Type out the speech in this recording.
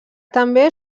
també